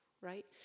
right